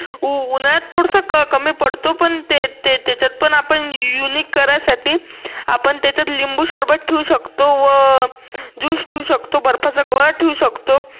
उ उन्हाळ्यात थोडसं कमी पडतो पण ते ते त्याच्यात पण आपण युनिक करायसाठी आपण त्याच्यात लिंबू सरबत ठेऊ शकतो व ज्यूस ठेऊ शकतो बर्फाचा गोळा ठेऊ शकतो